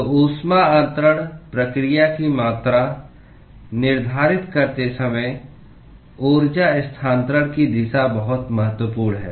तो ऊष्मा अंतरण प्रक्रिया की मात्रा निर्धारित करते समय ऊर्जा स्थानांतरण की दिशा बहुत महत्वपूर्ण है